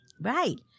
Right